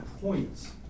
points